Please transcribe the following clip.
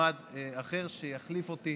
מועמד אחר שיחליף אותי